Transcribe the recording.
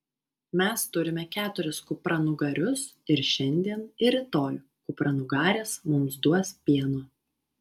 mes turime keturis kupranugarius ir šiandien ir rytoj kupranugarės mums duos pieno